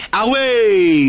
away